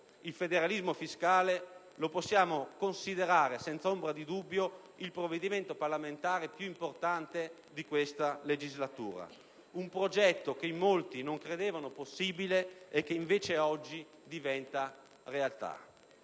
il federalismo fiscale lo possiamo considerare, senza ombra di dubbio, il provvedimento parlamentare più importante di questa legislatura. Un progetto che in molti non credevano possibile e che invece oggi diventa realtà.